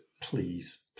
please